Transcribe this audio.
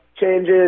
changes